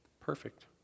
Perfect